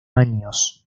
años